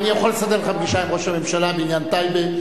אני יכול לסדר לך פגישה עם ראש הממשלה בעניין טייבה.